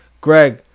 Greg